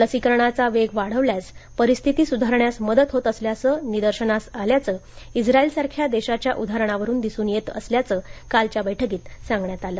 लसीकरणाचा वेग वाढवल्यास परिस्थिती सुधारण्यास मदत होत असल्याचं निदर्शनास आल्याचं इस्राइलसारख्या देशांच्या उदाहरणावरून दिसून येत असल्याचं कालच्या बैठकीत सांगण्यात आलं